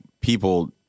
people